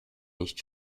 nicht